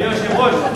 אדוני היושב-ראש,